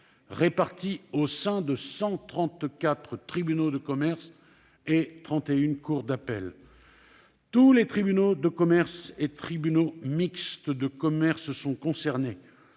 répartis en 134 tribunaux de commerce et 31 cours d'appel. Tous les tribunaux de commerce et tribunaux mixtes de commerce sont concernés,